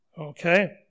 Okay